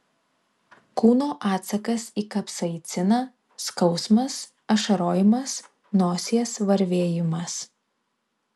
kūno atsakas į kapsaiciną skausmas ašarojimas nosies varvėjimas